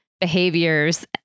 behaviors